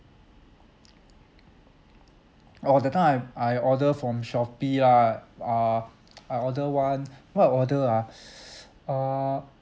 oh that time I I order from Shopee lah uh I order one what order ah err